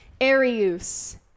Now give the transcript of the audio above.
Arius